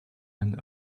and